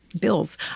bills